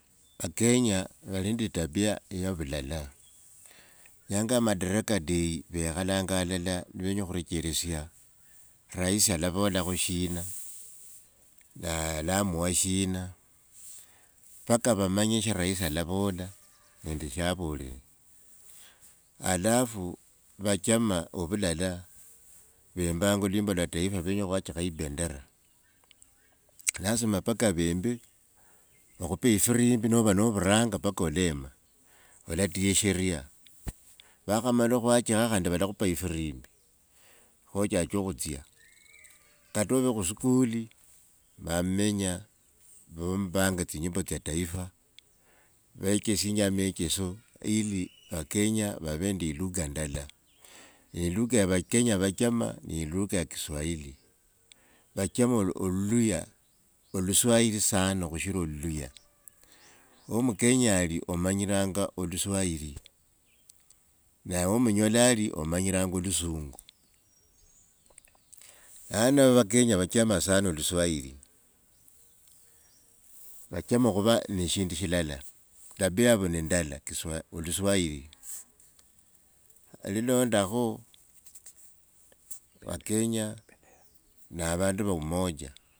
Vakenya vali nende etapia ya vulala, inyanga ya madaraka day vekhalanga alala nivenya khurecherisia raisi alavolakha shina naa alamua shina paka vamanye sha rahisi alavola nende shavore. Alafu vachama ovulala, vembanga lwimbo lwa taifa nivenya kheachikha ipendera lasima paka vembe, vakhupe ifirimbi nova novuranga paka olemba alatii isheria nivakhamala okhwachikha khandi valakhupa ifirimbi, khachache okhutsya. kata ove khusukuli vamenya nivembanga tsinyimbo tsya taifa amecheso vechisinja amecheso ili vakenya vave nende ilugha ndala. Ne ilugha ya vakenya vachama ni ilugha ya kiswahili, vachema olu oluluhya oluswahili sana khusila luluhya. Wo mukenya omanyilanga khuluswahili na wo munyolo ali omyanyilanga khulusungu lano vakenya vachama sana oluswahili vachema khuva ne shindu shilala tabia yavo ne ndala kiswa- oluswahili lilondakhu vakenya navandu va umoja.